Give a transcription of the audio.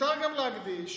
מותר להקדיש